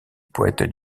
poète